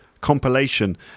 compilation